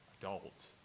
adult